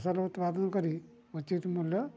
ଫସଲ ଉତ୍ପାଦନ କରି ଉଚିତ୍ ମୂଲ୍ୟ